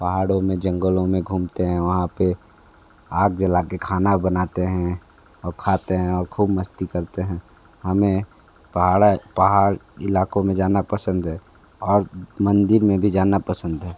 पहाड़ों में जंगलों में घूमते हैं वहाँ पे आग जलाके खाना बनाते हैं और खाते हैं और खूब मस्ती करते हैं हमें पहाड़े पहाड़ इलाकों में जाना पसंद है और मंदिर में भी जाना पसंद है